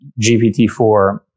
GPT-4